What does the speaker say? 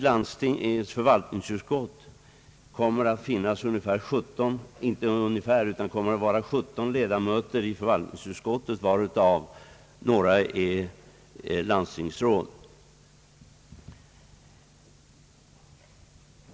Landstingets förvaltningsutskott kommer att ha 17 ledamöter, av vilka några är landstingsråd.